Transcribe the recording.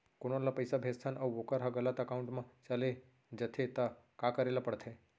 कोनो ला पइसा भेजथन अऊ वोकर ह गलत एकाउंट में चले जथे त का करे ला पड़थे?